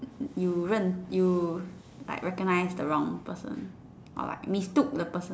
you learn you like recognize the wrong person or what mistook the person